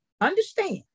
Understand